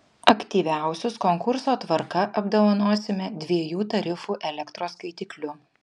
aktyviausius konkurso tvarka apdovanosime dviejų tarifų elektros skaitikliu